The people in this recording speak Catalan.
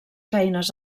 feines